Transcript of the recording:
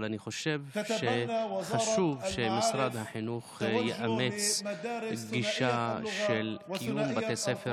אבל אני חושב שחשוב שמשרד החינוך יאמץ גישה של קיום בתי ספר